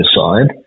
side